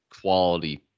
quality